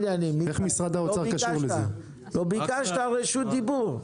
לא ביקשת רשות דיבור.